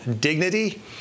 Dignity